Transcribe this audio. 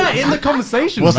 in the conversation.